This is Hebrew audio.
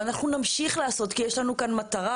ואנחנו נמשיך לעשות כי יש לנו כאן מטרה,